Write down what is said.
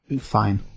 Fine